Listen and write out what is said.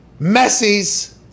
Messi's